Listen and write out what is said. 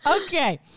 Okay